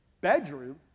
bedroom